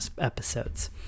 episodes